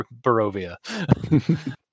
barovia